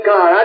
God